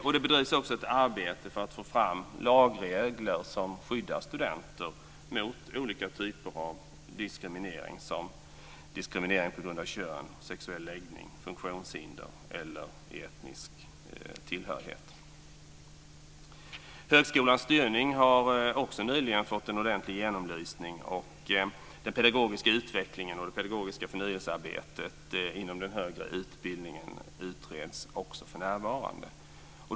Och det bedrivs också ett arbete för att få fram lagregler som skyddar studenter mot olika typer av diskriminering på grund av kön, sexuell läggning, funktionshinder eller etnisk tillhörighet. Högskolans styrning har också nyligen fått en ordentlig genomlysning, och den pedagogiska utvecklingen och det pedagogiska förnyelsearbetet inom den högre utbildningen utreds för närvarande.